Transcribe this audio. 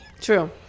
True